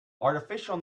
artificial